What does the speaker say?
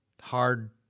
hard